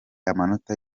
amanota